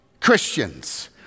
Christians